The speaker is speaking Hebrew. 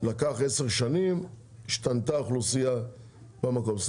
לקח עשר שנים, והאוכלוסייה במקום השתנתה.